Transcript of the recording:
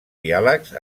diàlegs